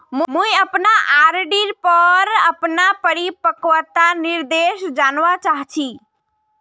मुई अपना आर.डी पोर अपना परिपक्वता निर्देश जानवा चहची